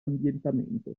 ambientamento